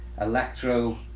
electro